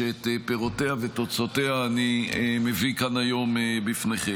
שאת פירותיה ואת תוצאותיה אני מביא כאן היום בפניכם.